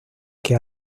que